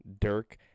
Dirk